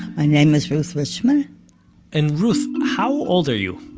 my name is ruth richman and ruth, how old are you?